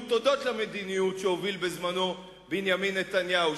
תודות למדיניות שהוביל בזמנו בנימין נתניהו,